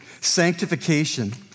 Sanctification